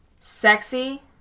Sexy